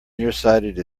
nearsighted